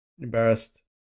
embarrassed